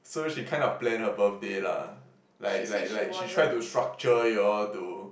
so she kinda plan her birthday lah like like like she try to structure you all to